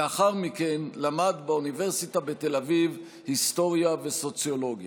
לאחר מכן למד באוניברסיטה בתל אביב היסטוריה וסוציולוגיה.